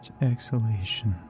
exhalation